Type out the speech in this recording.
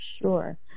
Sure